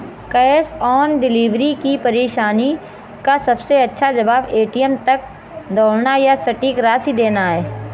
cash on delivery की परेशानी का सबसे अच्छा जवाब, ए.टी.एम तक दौड़ना या सटीक राशि देना है